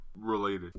related